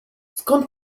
skąd